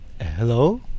Hello